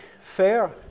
fair